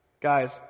Guys